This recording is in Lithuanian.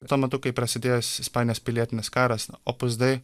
tuo metu kai prasidėjęs ispanijos pilietinis karas opus dei